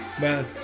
Man